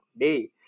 day